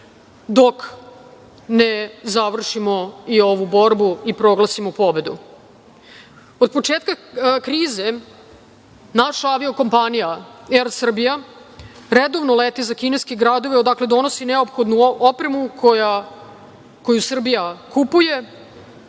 dok ne završimo i ovu borbu i proglasimo pobedu. Od početka krize naša avio kompanija „Er Srbija“ redovno leti za kineske gradove odakle donosi neophodnu opremu koju Srbija kupuje,